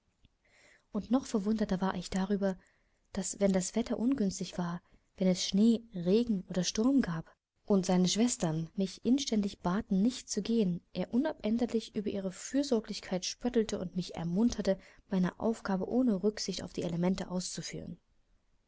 und noch verwunderter war ich darüber daß wenn das wetter ungünstig war wenn es schnee regen oder sturm gab und seine schwestern mich inständig baten nicht zu gehen er unabänderlich über ihre fürsorglichkeit spöttelte und mich ermunterte meine aufgabe ohne rücksicht auf die elemente auszuführen